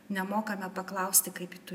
nemokame paklausti kaip tu